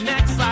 Next